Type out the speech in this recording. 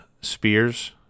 spears